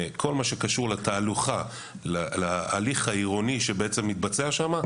כל מה שקשור לתהלוכה ולהליך העירוני שבעצם מתבצע שם,